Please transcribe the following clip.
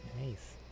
Nice